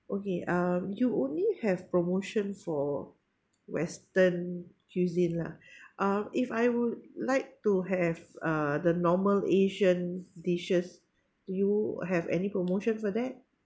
okay um you only have promotion for western cuisine lah um if I would like to have uh the normal asian dishes do you have any promotion for that